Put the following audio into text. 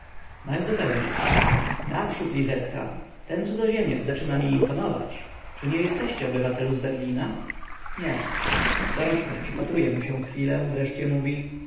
najzupełniej naprzód lizetka ten cudzoziemiec zaczyna mi imponować czy nie jesteście obywatelu z berlina nie dorożkarz przypatruje mu się chwilę wreszcie mówi